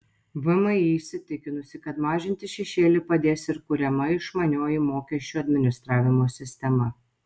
vmi įsitikinusi kad mažinti šešėlį padės ir kuriama išmanioji mokesčių administravimo sistema